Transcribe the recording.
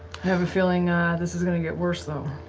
have a feeling this is going to get worse, though.